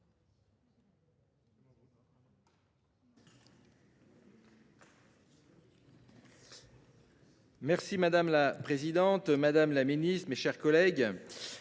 Gay. Madame la présidente, madame la ministre, mes chers collègues,